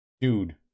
Dude